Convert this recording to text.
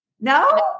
no